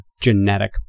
genetic